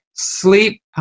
Sleep